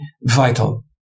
vital